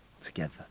together